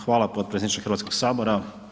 Hvala potpredsjedniče Hrvatskog sabora.